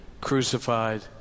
crucified